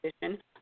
position